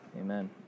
Amen